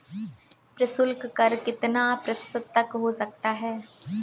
प्रशुल्क कर कितना प्रतिशत तक हो सकता है?